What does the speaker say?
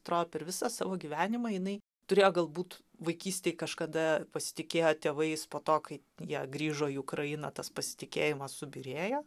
atrodo per visą savo gyvenimą jinai turėjo galbūt vaikystėj kažkada pasitikėjo tėvais po to kai jie grįžo į ukrainą tas pasitikėjimas subyrėjo